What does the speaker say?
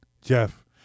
Jeff